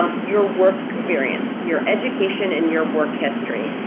ah your work experience, your education, and your work history,